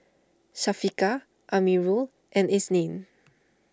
Syafiqah Amirul and Isnin